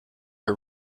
are